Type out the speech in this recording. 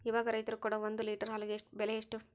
ಇವಾಗ ರೈತರು ಕೊಡೊ ಒಂದು ಲೇಟರ್ ಹಾಲಿಗೆ ಬೆಲೆ ಎಷ್ಟು?